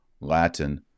Latin